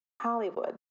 Hollywood